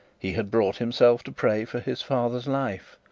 he had brought himself to pray for his father's life,